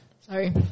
sorry